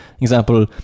example